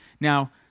Now